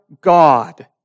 God